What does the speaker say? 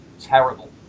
terrible